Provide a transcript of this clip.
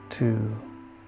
two